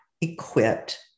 equipped